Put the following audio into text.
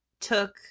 took –